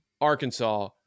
Arkansas